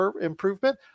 improvement